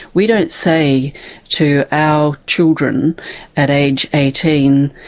we don't say to our children at age eighteen,